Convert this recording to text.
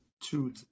two